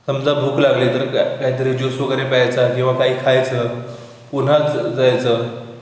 समजा भूक लागली तर का काहीतरी ज्यूस वगैरे प्यायचा किंवा काही खायचं पुन्हा जायचं